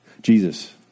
Jesus